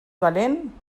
valent